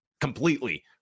completely